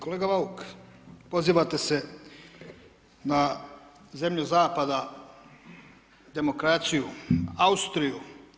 Kolega Bauk, pozivate se na zemlju zapada, demokraciju, Austriju.